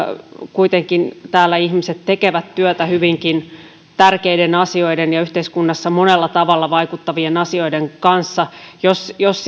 kuitenkin täällä ihmiset tekevät työtä hyvinkin tärkeiden asioiden ja yhteiskunnassa monella tavalla vaikuttavien asioiden kanssa jos jos